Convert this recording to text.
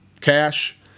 Cash